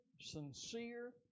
sincere